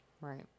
Right